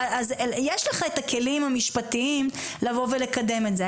יש לך את הכלים המשפטיים לבוא ולקדם את זה.